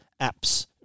apps